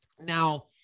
Now